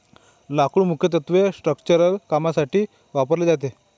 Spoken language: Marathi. लाकूड मुख्यत्वे स्ट्रक्चरल कामांसाठी वापरले जाते